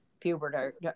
puberty